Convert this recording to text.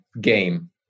game